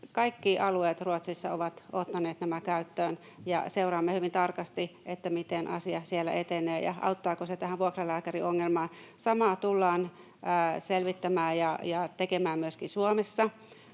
Kaikki alueet Ruotsissa ovat ottaneet nämä käyttöön, ja seuraamme hyvin tarkasti, miten asiat siellä etenevät ja auttaako se tähän vuokralääkäriongelmaan. Samaa tullaan selvittämään ja tekemään myöskin Suomessa.